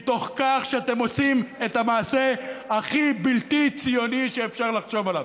מתוך כך שאתם עושים את המעשה הכי בלתי ציוני שאפשר לחשוב עליו.